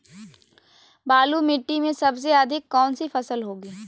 बालू मिट्टी में सबसे अधिक कौन सी फसल होगी?